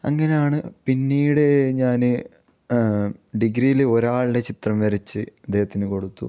അങ്ങനെയാണ് പിന്നീട് ഞാൻ ഡിഗ്രിയിൽ ഒരാളുടെ ചിത്രം വരച്ച് അദ്ദേഹത്തിന് കൊടുത്തു